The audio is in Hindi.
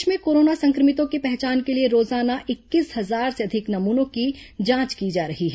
प्रदेश में कोरोना सं क्र मितों की पहचान के लिए रोजाना इक्कीस हजार से अधिक नमूनों की जांच की जा रही है